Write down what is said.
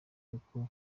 kuko